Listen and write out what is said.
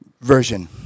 version